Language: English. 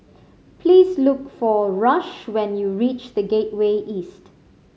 please look for Rush when you reach The Gateway East